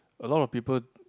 a lot of people